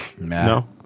No